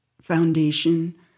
foundation